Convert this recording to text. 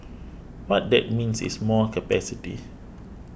what that means is more capacity